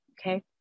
okay